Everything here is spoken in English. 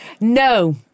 no